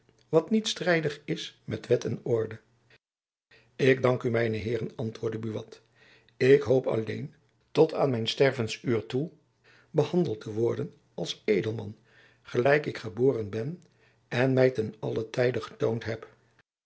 wat niet strijdig is met wet en orde ik dank u mijne heeren antwoordde buat ik jacob van lennep elizabeth musch hoop alleen tot aan mijn stervensuur toe behandeld te worden als edelman gelijk ik geboren ben en my ten allen tijde getoond heb